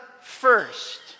first